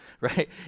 right